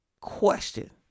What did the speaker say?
question